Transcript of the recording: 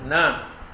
न